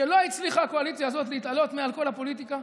שלא הצליחה הקואליציה הזאת להתעלות מעל כל הפוליטיקה,